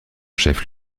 chef